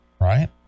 right